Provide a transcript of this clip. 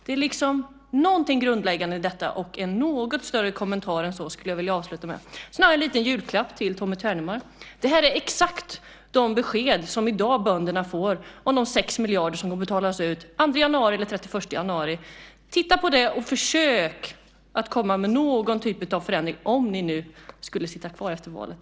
Det är något grundläggande i detta, och en något utförligare kommentar skulle jag vilja få. Sedan har jag en liten julklapp till Tommy Ternemar. Det här är exakt de besked som bönderna i dag får om de 6 miljarder som kommer att betalas ut den 2 januari eller den 31 januari. Titta på det och försök att komma med någon typ av förändring om ni nu skulle sitta kvar efter valet.